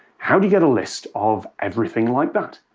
how do you get a list of everything like that?